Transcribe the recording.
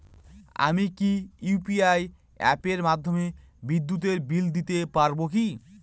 আমি কি ইউ.পি.আই অ্যাপের মাধ্যমে বিদ্যুৎ বিল দিতে পারবো কি?